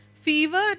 fever